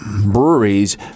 breweries